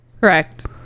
Correct